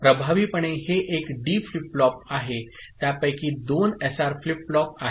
प्रभावीपणे हे एक डी फ्लिप फ्लॉप आहे त्यापैकी दोन एसआर फ्लिप फ्लॉप आहेत